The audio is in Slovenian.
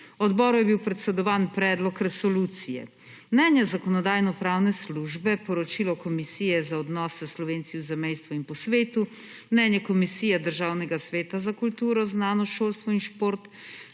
Odboru je bil posredovan predlog resolucije. Mnenje Zakonodajno-pravne službe, poročilo Komisije za odnose s Slovenci v zamejstvu in po svetu, mnenje Komisije državnega sveta za kulturo, znanost, šolstvo in šport,